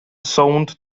sownd